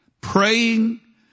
Praying